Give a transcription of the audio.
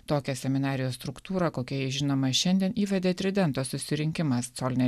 tokią seminarijos struktūrą kokia ji žinoma šiandien įvedė tridento susirinkimas coline